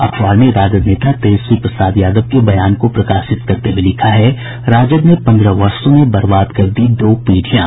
अखबार ने राजद नेता तेजस्वी प्रसाद यादव के बयान को प्रकाशित करते हुए लिखा है राजग ने पन्द्रह वर्षो में बर्बाद कर दी दो पीढ़ियां